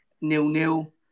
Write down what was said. nil-nil